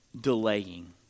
delaying